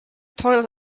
toilet